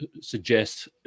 suggest